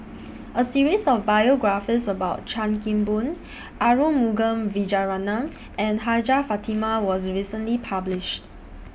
A series of biographies about Chan Kim Boon Arumugam Vijiaratnam and Hajjah Fatimah was recently published